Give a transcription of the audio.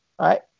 right